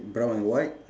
brown and white